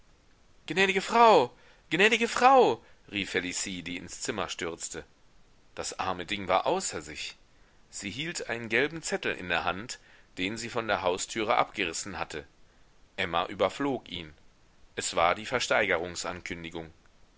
gnädige frau gnädige frau rief felicie die ins zimmer stürzte das arme ding war außer sich sie hielt einen gelben zettel in der hand den sie von der haustüre abgerissen hatte emma überflog ihn es war die